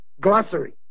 Glossary